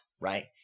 right